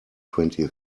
twenty